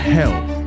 health